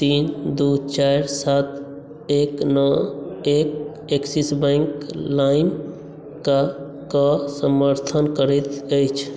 तीन दू चारि सात एक नओ एक एक्सिस बैंक लाइम के समर्थन करैत अछि